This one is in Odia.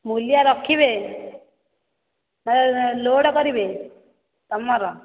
ମୂଲିଆ ରଖିବେ ଲୋଡ଼୍ କରିବେ ତୁମର